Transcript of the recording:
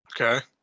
Okay